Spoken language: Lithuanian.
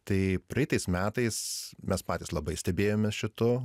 tai praeitais metais mes patys labai stebėjomės šitu